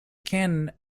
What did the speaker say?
canon